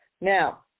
Now